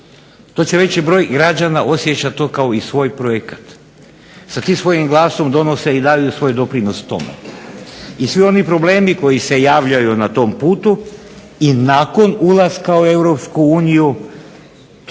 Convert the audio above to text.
to će veći broj građana osjećati to kao svoj projekat, sa tim svojim glasom donose i daju svoj doprinos tome i svi oni problemi koji se javljaju na tom putu i nakon ulaska u